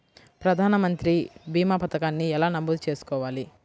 ప్రధాన మంత్రి భీమా పతకాన్ని ఎలా నమోదు చేసుకోవాలి?